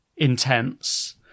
intense